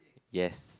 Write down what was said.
yes